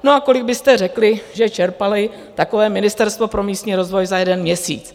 A kolik byste řekli, že čerpalo takové Ministerstvo pro místní rozvoj za jeden měsíc?